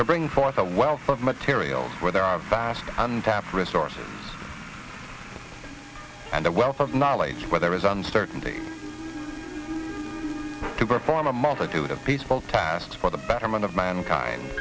to bring forth a wealth of material where there are vast and tap resources and a wealth of knowledge where there is uncertainty to perform a multitude of peaceful tasks for the betterment of mankind